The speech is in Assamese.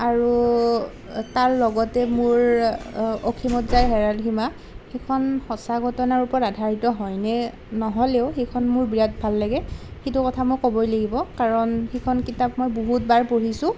আৰু তাৰ লগতে মোৰ অসীমত যাৰ হেৰাল সীমা সেইখন সঁচা ঘটনাৰ ওপৰত আধাৰিত হয় নে নহ'লেও সেইখন মোৰ বিৰাট ভাল লাগে সেইটো কথা মই ক'বই লাগিব কাৰণ সেইখন কিতাপ মই বহুতবাৰ পঢ়িছোঁ